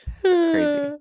Crazy